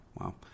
wow